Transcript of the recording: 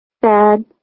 sad